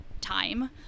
time